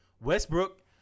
Westbrook